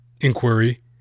inquiry